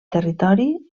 territori